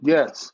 Yes